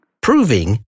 Proving